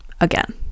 again